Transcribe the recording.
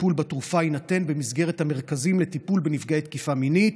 הטיפול בתרופה יינתן במסגרת המרכזים לטיפול בנפגעי תקיפה מינית.